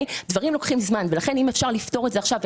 דברים לוקחים זמן ולכן אם אפשר לפתור את זה עכשיו,